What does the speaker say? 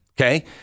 okay